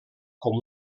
com